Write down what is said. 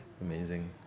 amazing